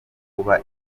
kuba